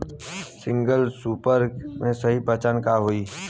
Single super के सही पहचान का हई?